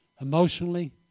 emotionally